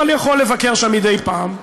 אבל יכול לבקר שם מדי פעם.